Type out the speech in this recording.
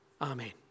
Amen